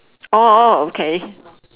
orh orh okay